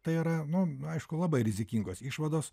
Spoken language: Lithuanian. tai yra nu aišku labai rizikingos išvados